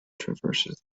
traverses